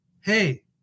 hey